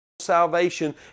salvation